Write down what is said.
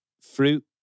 fruit